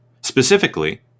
Specifically